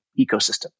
ecosystem